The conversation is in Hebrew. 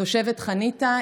תושבת חניתה,